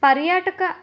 పర్యాటక